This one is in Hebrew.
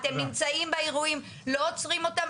אתם נמצאים באירועים, לא עוצרים אותם.